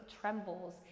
trembles